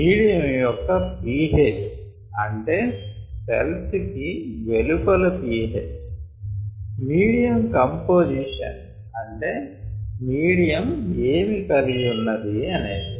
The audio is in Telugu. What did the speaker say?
మీడియం యొక్క pH అంటే సెల్స్ కి వెలుపల pH మీడియం కంపొజిషన్ అంటే మీడియం ఏమి కలిగియున్నది అనేది